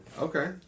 Okay